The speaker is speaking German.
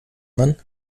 man